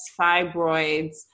fibroids